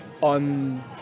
on